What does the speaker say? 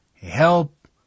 Help